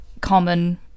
common